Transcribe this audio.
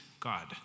God